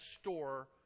store